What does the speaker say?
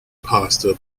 pasta